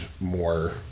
more